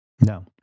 No